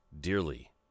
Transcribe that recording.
dearly